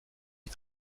est